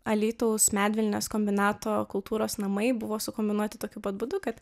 alytaus medvilnės kombinato kultūros namai buvo sukombinuoti tokiu pat būdu kad